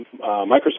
Microsoft